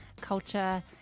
culture